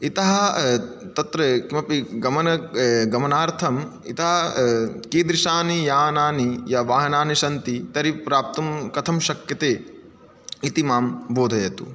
इतः तत्र किमपि गमन गमनार्थं इत कीदृशानि यानानि य वाहनानि सन्ति तर्हि प्राप्तुं कथं शक्यते इति मां बोधयतु